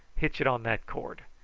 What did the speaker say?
hitch it on that cord.